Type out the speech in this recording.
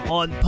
on